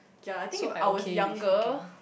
yea I think if I was younger